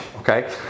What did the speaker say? Okay